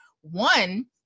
One